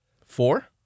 four